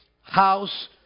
House